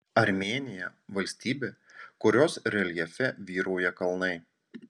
armėnija valstybė kurios reljefe vyrauja kalnai